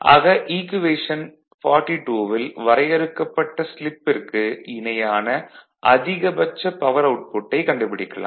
ஆக ஈக்குவேஷன் 42ல் வரையறுக்கப்பட்ட ஸ்லிப்பிற்கு இணையான அதிகபட்ச பவர் அவுட்புட்டைக் கண்டுபிடிக்கலாம்